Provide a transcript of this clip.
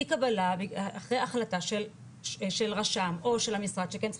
אי קבלה ואחרי החלטה של רשם או של המשרד שכן צריכים